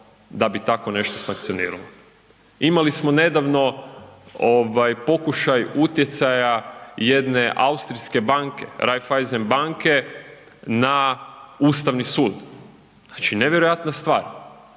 da bi tako nešto sankcioniralo. Imali smo nedavno, ovaj, pokušaj utjecaja jedne austrijske banke, Raiffeisen banke na Ustavni sud, znači nevjerojatna stvar.